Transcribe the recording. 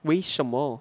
为什么